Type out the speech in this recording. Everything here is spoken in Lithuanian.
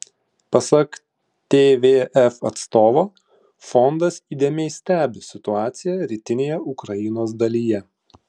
pasak tvf atstovo fondas įdėmiai stebi situaciją rytinėje ukrainos dalyje